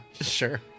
sure